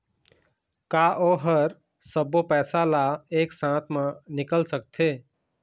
का ओ हर सब्बो पैसा ला एक साथ म निकल सकथे?